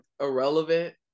irrelevant